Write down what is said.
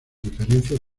diferencias